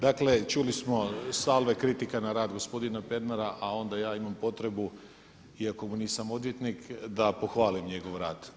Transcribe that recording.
Dakle, čuli smo salve kritika na rad gospodina Pernara, a onda ja imam potrebu iako mu nisam odvjetnik da pohvalim njegov rad.